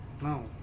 No